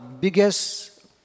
biggest